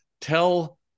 tell